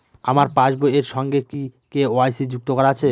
আমার পাসবই এর সঙ্গে কি কে.ওয়াই.সি যুক্ত করা আছে?